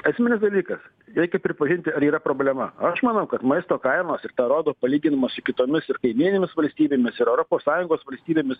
esminis dalykas reikia pripažinti ar yra problema aš manau kad maisto kainos ir tą rodo palyginimas su kitomis kaimyninėmis valstybėmis ir europos sąjungos valstybėmis